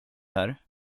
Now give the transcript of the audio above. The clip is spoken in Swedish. här